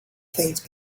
things